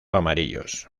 amarillos